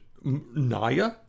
Naya